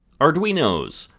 arduinos!